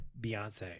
Beyonce